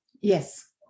Yes